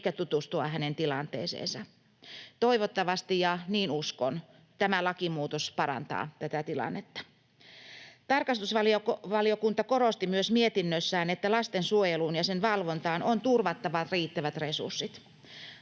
eikä tutustua hänen tilanteeseensa. Toivottavasti — ja niin uskon — tämä lakimuutos parantaa tätä tilannetta. Tarkastusvaliokunta korosti myös mietinnössään, että lastensuojeluun ja sen valvontaan on turvattava riittävät resurssit.